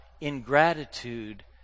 ingratitude